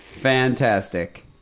Fantastic